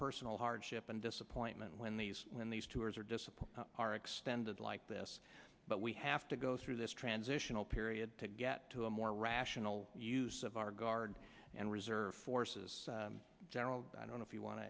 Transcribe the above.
personal hardship and disappointment when these when these tours are disciplined are extended like this but we have to go through this transitional period to get to a more rational use of our guard and reserve forces general i don't know if you want to